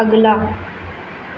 अगला